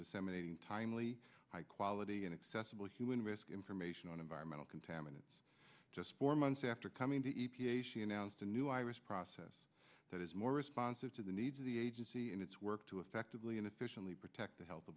disseminating timely high quality and accessible human risk information on environmental contaminants just four months after coming to the e p a she announced a new iris process that is more responsive to the needs of the agency and its work to effectively and efficiently protect the he